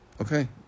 Okay